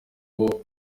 abo